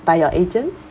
by your agent